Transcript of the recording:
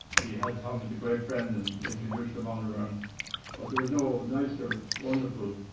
he had tom as a great friend and introduced him all around. but there was no and nicer, wonderful,